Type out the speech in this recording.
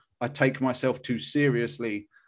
I-take-myself-too-seriously